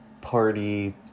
party